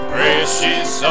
Precious